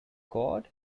cord